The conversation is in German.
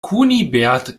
kunibert